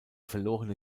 verlorene